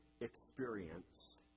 experience